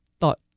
thought